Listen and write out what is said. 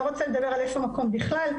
לא רוצה לדבר על איפה מקום בכלל,